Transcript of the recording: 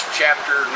chapter